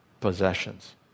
possessions